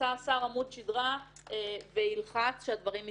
שימצא השר עמוד שדרה וילחץ שהדברים יקרו.